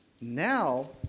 now